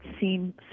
seem